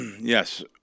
Yes